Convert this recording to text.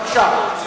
בבקשה.